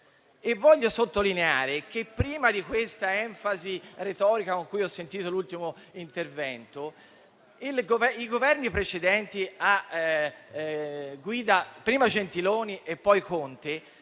voglio sottolineare che, prima dell'enfasi retorica che ho sentito nell'ultimo intervento, i Governi precedenti, prima a guida Gentiloni e poi Conte,